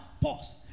pause